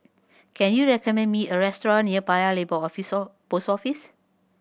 can you recommend me a restaurant near Paya Lebar Post Office